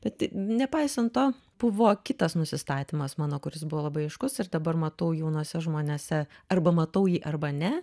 bet nepaisant to buvo kitas nusistatymas mano kuris buvo labai aiškus ir dabar matau jaunuose žmonėse arba matau jį arba ne